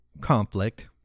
conflict